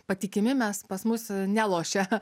patikimi mes pas mus nelošia